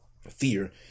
Fear